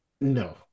No